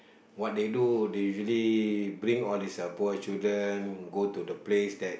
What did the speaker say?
what they do they usually bring all these uh poor children go to the place that